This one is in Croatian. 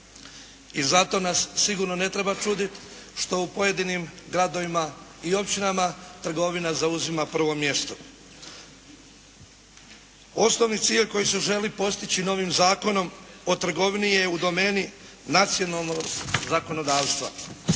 I zato nas sigurno ne mora čuditi što u pojedinim gradovima i općinama trgovina zauzima prvo mjesto. Osnovni cilj koji se želi postići novim Zakonom o trgovini je u domeni nacionalnog zakonodavstva.